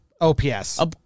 OPS